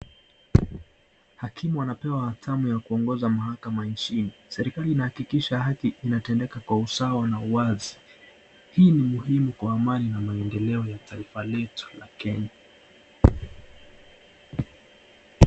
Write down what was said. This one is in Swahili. Hakimu anapewa tamu ya kuongoza mahakama nchini, serikali inahakikisha haki inatendeka kwa usawa na uwasi, hii ni muhimu kwa amani na maendeleo ya taifa letu la Kenya.